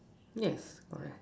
yes correct